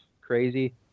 crazy